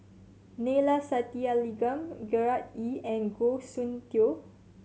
Neila Sathyalingam Gerard Ee and Goh Soon Tioe